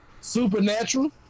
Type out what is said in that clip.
Supernatural